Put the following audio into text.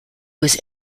was